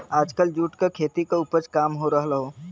आजकल जूट क खेती क उपज काम हो रहल हौ